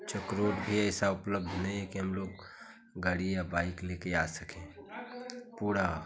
चक road भी ऐसा उपलब्ध नहीं है कि हम लोग गाड़ी या बाइक लेकर आ सकें पूरा